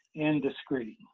and discreet.